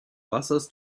wassers